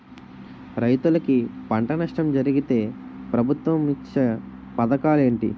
రైతులుకి పంట నష్టం జరిగితే ప్రభుత్వం ఇచ్చా పథకాలు ఏంటి?